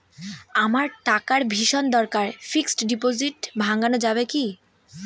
আমার টাকার ভীষণ দরকার ফিক্সট ডিপোজিট ভাঙ্গানো যাবে কি?